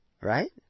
Right